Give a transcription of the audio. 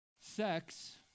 sex